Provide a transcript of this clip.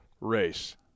race